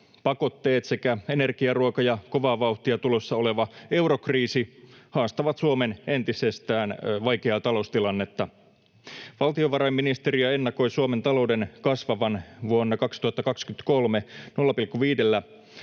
pakotteet sekä energia‑, ruoka‑ ja kovaa vauhtia tulossa oleva eurokriisi haastavat Suomen entisestään vaikeaa taloustilannetta. Valtiovarainministeriö ennakoi Suomen talouden kasvavan 0,5